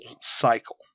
cycle